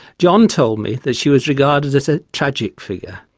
john told me that she was regarded as a tragic figure.